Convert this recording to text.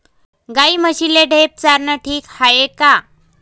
गाई म्हशीले ढेप चारनं ठीक हाये का?